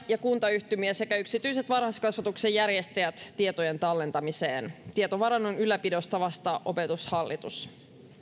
ja kuntayhtymät sekä yksityiset varhaiskasvatuksen järjestäjät tietojen tallentamiseen tietovarannon ylläpidosta vastaa opetushallitus